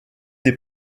des